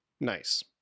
nice